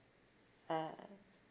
ah